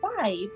five